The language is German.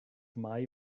mai